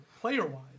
Player-wise